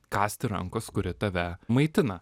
kasti rankos kuri tave maitina